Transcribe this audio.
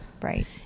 Right